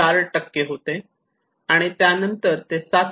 4 होते आणि त्यानंतर ते 7